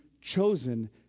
chosen